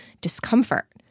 discomfort